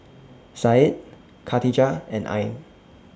Said Khatijah and Ain